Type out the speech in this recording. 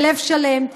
בלב שלם,